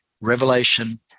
Revelation